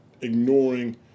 ignoring